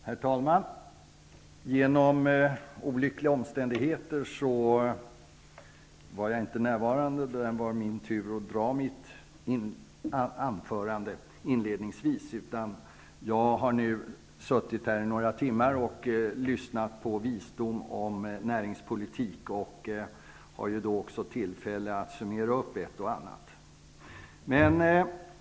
Herr talman! Genom olyckliga omständigheter var jag inte närvarande när det var min tur att hålla mitt inledande anförande. Jag har nu suttit här i några timmar och lyssnat på visdom om näringspolitik och har också haft tillfälle att summera ett och annat.